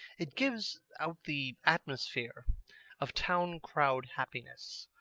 it gives out the atmosphere of town-crowd happiness.